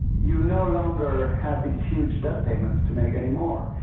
you no longer have these huge debt payments to make anymore.